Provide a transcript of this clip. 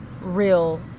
real